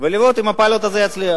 ולראות אם הפיילוט הזה יצליח.